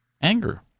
Anger